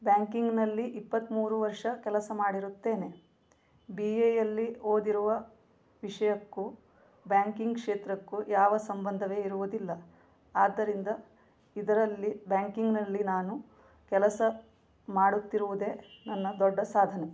ಬ್ಯಾಂಕಿಂಗ್ನಲ್ಲಿ ಇಪ್ಪತ್ತ್ಮೂರು ವರ್ಷ ಕೆಲಸ ಮಾಡಿರುತ್ತೇನೆ ಬಿ ಎಯಲ್ಲಿ ಓದಿರುವ ವಿಷಯಕ್ಕೂ ಬ್ಯಾಂಕಿಂಗ್ ಕ್ಷೇತ್ರಕ್ಕೂ ಯಾವ ಸಂಬಂಧವೇ ಇರುವುದಿಲ್ಲ ಆದರಿಂದ ಇದರಲ್ಲಿ ಬ್ಯಾಂಕಿಂಗ್ನಲ್ಲಿ ನಾನು ಕೆಲಸ ಮಾಡುತ್ತಿರುವುದೇ ನನ್ನ ದೊಡ್ಡ ಸಾಧನೆ